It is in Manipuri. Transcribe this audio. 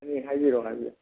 ꯑꯗꯨꯗꯤ ꯍꯥꯏꯕꯤꯔꯣ ꯍꯥꯏꯕꯤꯔꯣ